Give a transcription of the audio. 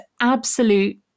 absolute